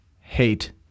hate